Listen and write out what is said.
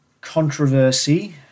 controversy